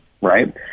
Right